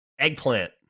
Eggplant